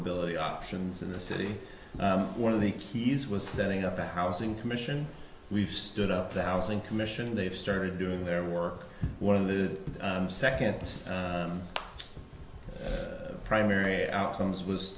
ability options in the city one of the keys was setting up a housing commission we've stood up the housing commission they've started doing their work one of the second primary outcomes was